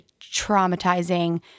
traumatizing